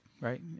right